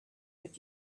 but